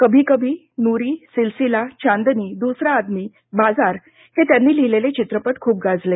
कभी कभी नूरी सिलसिला चांदनी दूसरा आदमी बाजार हे त्यांनी लिहिलेले चित्रपट खूप गाजले